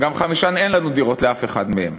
אין לנו דירות לאף אחד מהם.